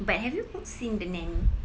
but have you seen the nanny